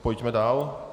Pojďme dál.